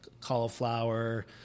cauliflower